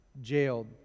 jailed